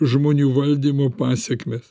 žmonių valdymo pasekmes